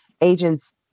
agents